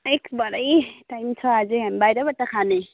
एक भरे टाइम छ अझै हामी बाहिरबाटै खाने